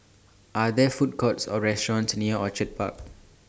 Are There Food Courts Or restaurants near Orchid Park